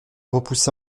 repoussé